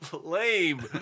lame